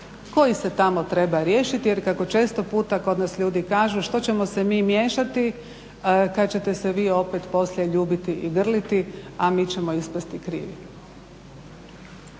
koji se tamo treba riješiti jer kako često puta kod nas ljudi kažu, što ćemo se mi miješati, kad ćete se vi opet poslije ljubiti i grliti, a mi ćemo ispasti krivi.